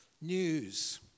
news